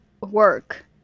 work